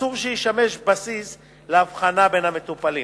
אסור שישמש בסיס להבחנה בין המטופלים.